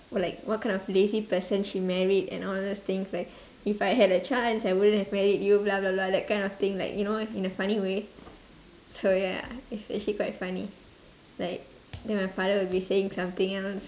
or like what kind of lazy person she married and all those things like if I had a chance I wouldn't have married you blah blah blah that kind of thing like you know in a funny way so ya it's actually quite funny like then my father will be saying something else